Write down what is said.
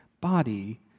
body